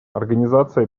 организация